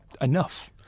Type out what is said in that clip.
enough